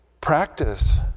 Practice